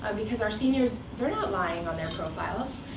ah because our seniors they're not lying on their profiles.